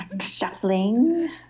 shuffling